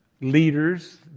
leaders